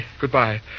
goodbye